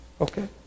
okay